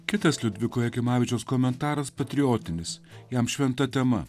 kitas liudviko jakimavičiaus komentaras patriotinis jam šventa tema